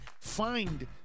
find